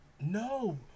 No